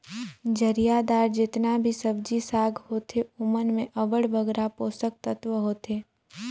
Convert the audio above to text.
जरियादार जेतना भी सब्जी साग होथे ओमन में अब्बड़ बगरा पोसक तत्व होथे